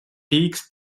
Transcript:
takes